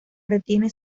retiene